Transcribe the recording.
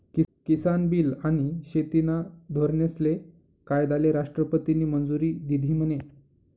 किसान bill आनी शेतीना धोरनेस्ले कायदाले राष्ट्रपतीनी मंजुरी दिधी म्हने?